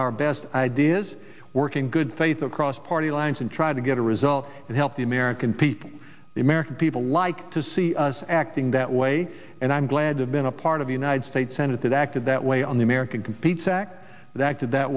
our best ideas working good faith across party lines and try to get a result and help the american people the american people like to see us acting that way and i'm glad i've been a part of the united states senate that acted that way on the american competes act that did that